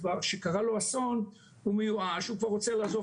שקרה לו אסון הוא מיואש והוא כבר רוצה לעזוב